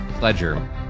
Ledger